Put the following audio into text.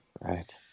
Right